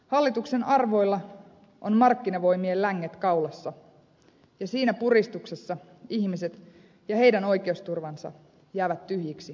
hallituksen arvoilla on markkinavoimien länget kaulassa ja siinä puristuksessa ihmiset ja heidän oikeusturvansa jäävät tyhjiksi juhlapuheiksi